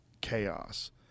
chaos